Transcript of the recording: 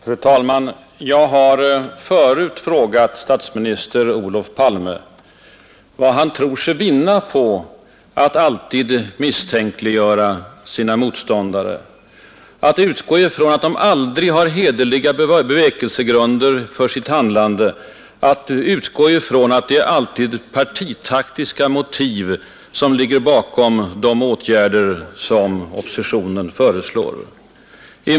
Fru talman! Jag har förut frågat statsminister Olof Palme vad han tror sig vinna på att alltid misstänkliggöra sina motståndare, att utgå från att de aldrig har hederliga bevekelsegrunder för sitt handlande, att utgå från att det alltid är partitaktiska motiv som ligger bakom de åtgärder som de föreslår.